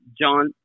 John